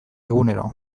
egunero